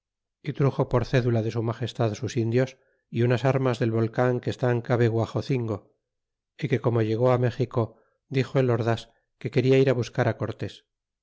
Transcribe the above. y truxo por cédula de su magestad sus indios y unas armas del volean que está cabe guaxocingo y que como llego méxico dixo el ordas que queda ir buscar